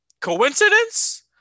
Coincidence